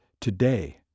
today